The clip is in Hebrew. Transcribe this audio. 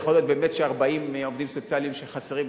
יכול להיות באמת ש-40 עובדים סוציאליים שחסרים,